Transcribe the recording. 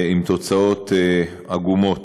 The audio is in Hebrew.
עם תוצאות עגומות.